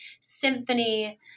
symphony